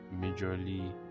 majorly